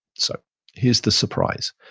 so here's the surprise.